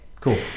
Cool